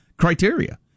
criteria